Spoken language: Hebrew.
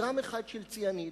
גרם אחד של ציאניד,